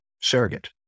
surrogate